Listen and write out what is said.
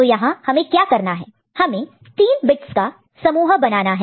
तो यहां हमें क्या करना है हमें 3 बिट्स का समूह ग्रुप group बनाना है